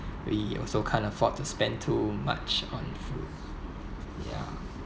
we also can't afford to spend too much on food ya